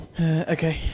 Okay